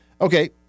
Okay